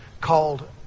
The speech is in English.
called